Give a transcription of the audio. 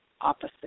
opposite